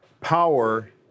power